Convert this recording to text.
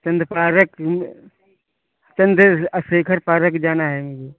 चंद park Chandra Shekhar park जाना है मुझे